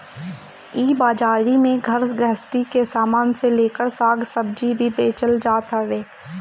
इ बाजारी में घर गृहस्ती के सामान से लेकर साग सब्जी भी बेचल जात हवे